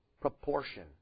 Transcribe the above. proportion